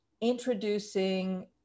introducing